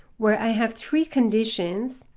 where i have three conditions,